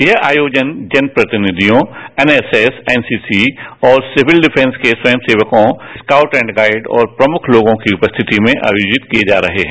यह आयोजन जनप्रतिनिधियों एनएसएस एनसीसी और सिविल डिफेंस के स्वयंसेवकों स्काउट एंड गाइड और प्रमुख लोगों की उपस्थिति में आयोजित किए जारहे हैं